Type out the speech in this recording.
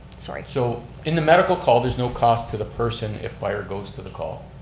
sorry. so in the medical call, there's no cost to the person if fire goes to the call.